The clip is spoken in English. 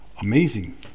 amazing